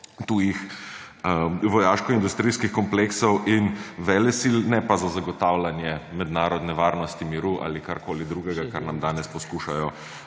tujih vojaško-industrijskih kompleksov in velesil, ne pa za zagotavljanje mednarodne varnosti miru ali karkoli drugega, kar nam danes poskušajo